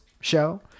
show